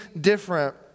different